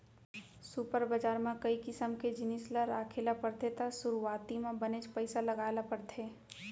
super बजार म कई किसम के जिनिस ल राखे ल परथे त सुरूवाती म बनेच पइसा लगाय ल परथे